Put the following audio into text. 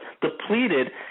depleted